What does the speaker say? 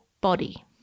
body